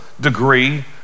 degree